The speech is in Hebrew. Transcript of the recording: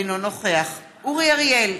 אינו נוכח אורי אריאל,